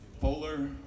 polar